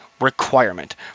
requirement